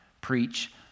preach